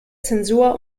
zensur